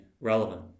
relevant